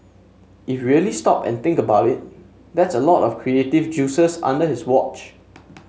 if really stop and think about it that's a lot of creative juices under his watch